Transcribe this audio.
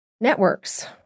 networks